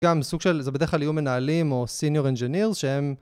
גם סוג של, זה בדרך כלל יהיו מנהלים או senior engineers שהם